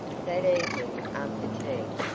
that evening, after tea,